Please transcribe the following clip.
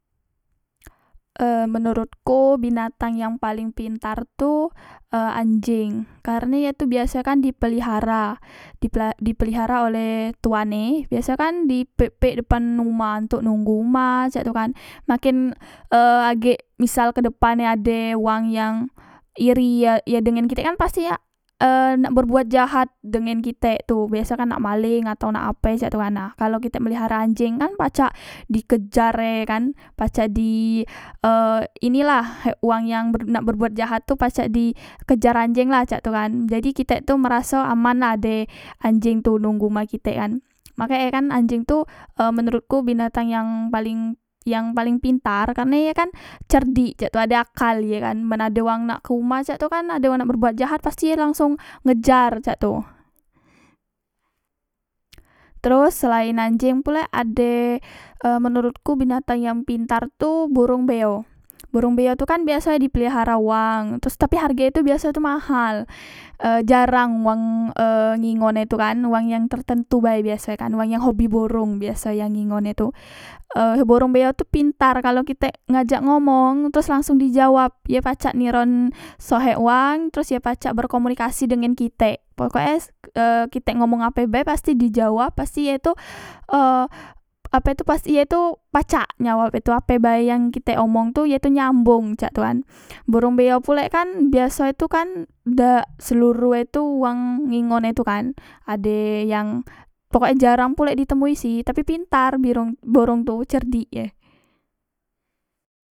E menorotku binatang yang paleng pintar tu e anjeng karne ye tu biaso e kan dipelihara dipelihara oleh tuane biaso kan di pek pek depan uma tok nunggu uma cak tu kan maken e agek misal kedepane ade wang yang iri ye dengan kitek kan pasti e nak berbuat jahat dengen kitek tu biaso e kan nak maleng atau nak ape cak tu kan nah kalo kite melihare anjeng kan pacak dikejar e kan pacak di e ini lah uwang yang nak berbuat jahat tu pacak di kejar anjeng lah cak tu kan jadi kitek tu meraso aman lah ade anjeng tu nunggu uma kitek kan maka e kan anjeng tu e menorotku binatang yang paleng yang paleng pintar karne ye kan cerdik cak tu ade akal ye kan men ade wang nak ke uma cak tu kan ade wang yang nak berbuat jahat pasti ye langsong ngejar cak tu teros selaen anjeng pulek ade e menorotku binatang yang pintar tu borong beo borong beo tu kan biaso e di pelihara wang teros tapi harge e tu biaso e tu mahal e jarang wang e ngingon e tu kan wang yen tertentu bae biaso e kan wang yang hobi borong biaso e yang nginngon e tu e borong beo tu pintar kalok kitek ngajak ngomong teros langsung dijawab ye pacak ngiron sohek wang terus pacak berkomunikasi dengan kitek pokok e e kalok kitek ngomong apo bae pasti dijawab pasti ye tu e ape tu pasti ye tu pacak nyawab e tu ape bae yang kitek omong tu ye tu nyambong cak tu kan borong beo pulek kan biaso e tu kan dak seluruh e tu wang ngingon e tu kan ade yang pokok e jaran pulek di temui si tapi pintar birong borong tu cerdik e